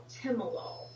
Timolol